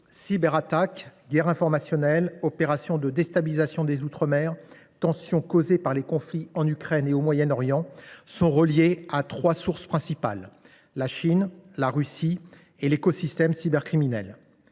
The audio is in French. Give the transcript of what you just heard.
cyberattaques, la guerre informationnelle, les opérations de déstabilisation des outre mer, ainsi que les tensions causées par les conflits en Ukraine et au Moyen Orient sont reliées à trois sources principales : la Chine, la Russie et l’écosystème cybercriminel.